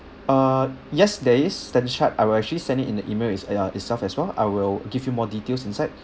uh yes there is stan chart I will actually send it in the email its~ ya itself as well I will give you more details inside